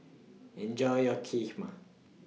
Enjoy your Kheema